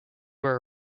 were